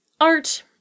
art